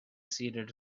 seated